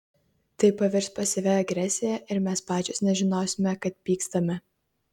tai pavirs pasyvia agresija ir mes pačios nežinosime kad pykstame